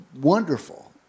wonderful